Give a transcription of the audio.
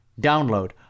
Download